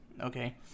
okay